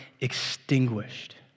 extinguished